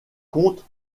compte